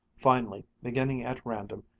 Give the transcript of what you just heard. finally, beginning at random,